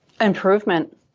Improvement